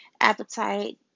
appetite